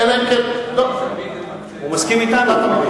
אני תמיד אמצא, הוא מסכים אתנו.